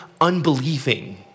unbelieving